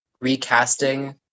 recasting